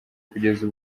kugeza